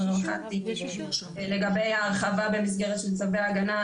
הרווחה אמרה לגבי ההרחבה במסגרת של צווי הגנה,